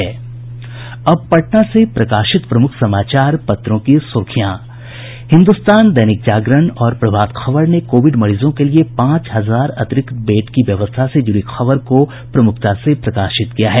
अब पटना से प्रकाशित प्रमुख समाचार पत्रों की सुर्खियां हिन्दुस्तान दैनिक जागरण और प्रभात खबर ने कोविड मरीजों के लिए पांच हजार अतिरिक्त बेड की व्यवस्था से जुड़ी खबर को प्रमुखता से प्रकाशित किया है